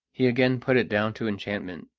he again put it down to enchantment,